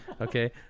Okay